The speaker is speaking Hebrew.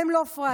הם לא פראיירים.